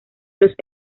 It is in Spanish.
los